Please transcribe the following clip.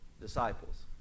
disciples